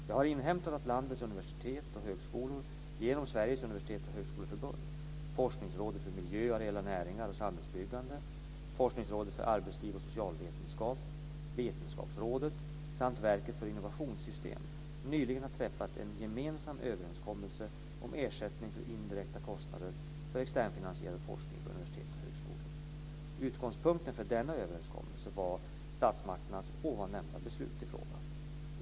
Jag har inhämtat att landets universitet och högskolor genom Sveriges universitets och högskoleförbund, Forskningsrådet för miljö, areella näringar och samhällsbyggande, Forskningsrådet för arbetsliv och socialvetenskap, Vetenskapsrådet samt Verket för innovationssystem nyligen har träffat en gemensam överenskommelse om ersättning för indirekta kostnader för externfinansierad forskning vid universitet och högskolor. Utgångspunkten för denna överenskommelse var statsmakternas ovan nämnda beslut i frågan.